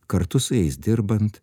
kartu su jais dirbant